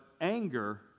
anger